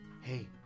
hey